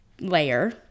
layer